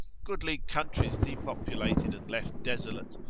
goodly countries depopulated and left desolate,